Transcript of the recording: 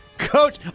Coach